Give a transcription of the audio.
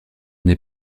n’ai